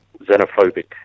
xenophobic